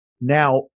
Now